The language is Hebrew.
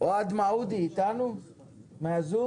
אוהד מעודי איתנו מהזום?